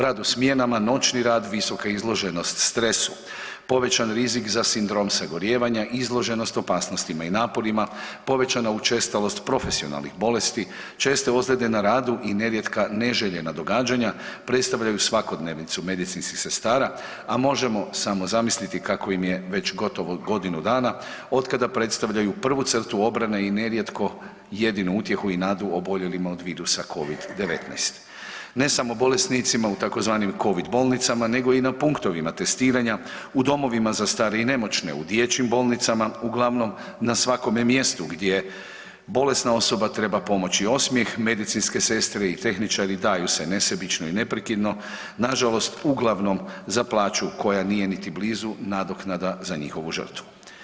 Rad u smjenama, noćni rad, visoka izloženost stresu, povećan rizik za sindrom sagorijevanja, izloženost opasnostima i naporima, povećana učestalost profesionalnih bolesti, česte ozljede na radu i nerijetka neželjena događanja predstavljaju svakodnevnicu medicinskih sestara, a možemo samo zamisliti kako im je već gotovo godinu dana otkada predstavljaju prvu crtu obrane i nerijetko jedinu utjehu i nadu oboljelima od virusa Covid-19 ne samo bolesnicima u tzv. covid bolnicama nego i na punktovima testiranja, u domovima za starije i nemoćne, u dječjim bolnicama, uglavnom na svakome mjestu gdje bolesna osoba treba pomoć osmjeh medicinske sestre i tehničari daju se nesebično i neprekidno, nažalost uglavnom za plaću koja nije niti blizu nadoknada za njihovu žrtvu.